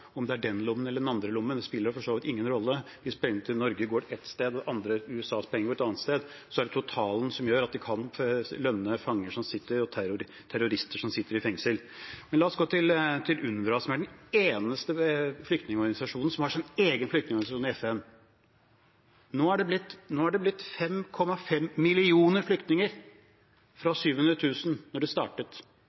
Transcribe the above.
om det er fra den lommen eller den lommen, spiller for så vidt ingen rolle. Hvis Norges penger går til ett sted og USAs penger et annet sted, er det totalen som gjør at man kan lønne fanger og terrorister som sitter i fengsel. Men la oss gå over til UNRWA, som er den eneste flyktningorganisasjon som har sin egen flyktningorganisasjon i FN. Nå er det blitt 5,5 millioner flyktninger – det var 700 000 da de startet. Man er flyktning hele livet. Det